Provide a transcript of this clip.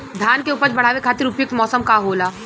धान के उपज बढ़ावे खातिर उपयुक्त मौसम का होला?